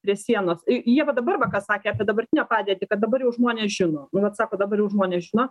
prie sienos jie va dabar va ką sakė apie dabartinę padėtį kad dabar jau žmonės žino nu vat sako dabar jau žmonės žino